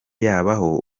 yabaho